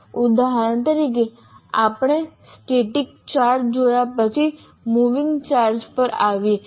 ઉદાહરણ તરીકે આપણે સ્ટેટિક ચાર્જ જોયા અને પછી મૂવિંગ ચાર્જ પર આવીએ